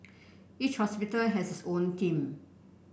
each hospital has its own team